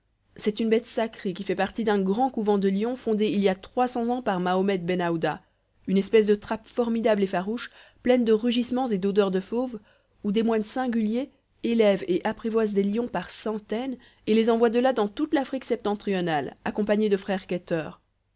c'est une bête sacrée qui fait partie d'un grand couvent de lions fondé il y a trois cents ans par mahommed ben aouda une espèce de trappe formidable et farouche pleine de rugissements et d'odeurs de fauve où des moines singuliers élèvent et apprivoisent des lions par centaines et les envoient de là dans toute l'afrique septentrionale accompagnés de frères